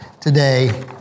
today